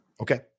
Okay